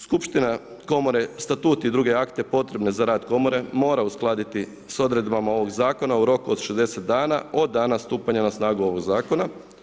Skupština komore, statut i druge akte potrebe za rad komore mora uskladiti s odredbama ovog zakona u roku od 60 dana od dana stupanja na snagu ovog zakona.